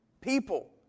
people